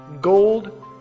gold